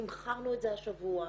תמחרנו את זה השבוע.